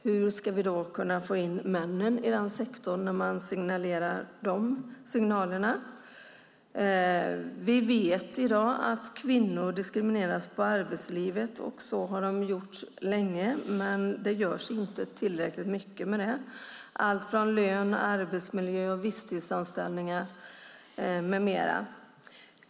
Hur ska vi kunna få in männen i den sektorn när man skickar de signalerna? Vi vet i dag att kvinnor diskrimineras i arbetslivet, och så har det varit länge. Men det görs inte tillräckligt mycket i fråga om det. Det handlar om lön, arbetsmiljö, visstidsanställningar med mera.